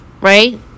right